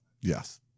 yes